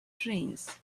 trains